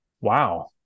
wow